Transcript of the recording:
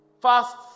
fast